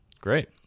Great